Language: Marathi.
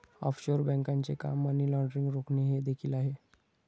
ऑफशोअर बँकांचे काम मनी लाँड्रिंग रोखणे हे देखील आहे